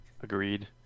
Agreed